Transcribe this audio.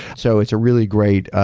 so it's really great.